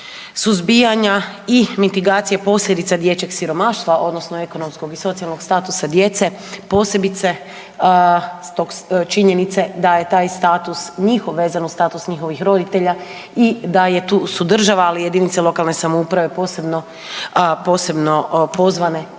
suzbijanja i mitigacije posljedica dječjeg siromaštva odnosno ekonomskog i socijalnog statusa djece, posebice činjenice da je taj status, njihov vezan uz status njihovih roditelja i da je tu država, ali i jedinice lokalne samouprave posebno pozvane